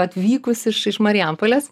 atvykus iš iš marijampolės